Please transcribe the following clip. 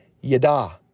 yada